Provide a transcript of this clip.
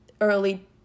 early